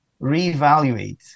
Reevaluate